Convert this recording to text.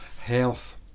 health